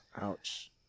Ouch